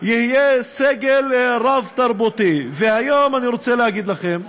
יהיה סגל רב-תרבותי, והיום, אני רוצה לומר לכם,